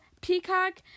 Peacock